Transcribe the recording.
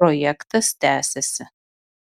projektas tęsiasi